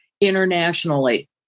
internationally